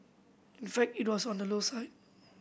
in fact it was on the low side